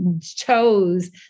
chose